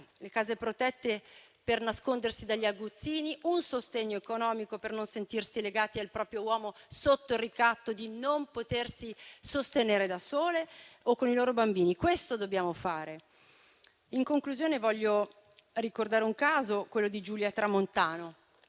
le case protette per nascondersi dagli aguzzini e un sostegno economico per non sentirsi legate al proprio uomo sotto il ricatto di non potersi sostenere da sole o con i loro bambini. Questo dobbiamo fare. In conclusione, voglio ricordare il caso di Giulia Tramontano,